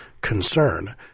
concern